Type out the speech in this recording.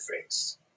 face